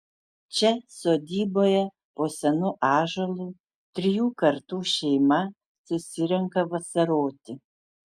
čia sodyboje po senu ąžuolu trijų kartų šeima susirenka vasaroti